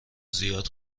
زیاد